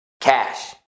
Cash